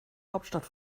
hauptstadt